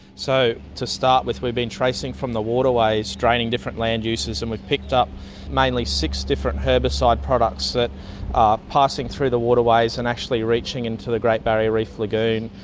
so to start with we've been tracing from the waterways, draining different land uses, and we've picked up mainly six different herbicide products that are passing through the waterways and actually reaching into the great barrier reef lagoon,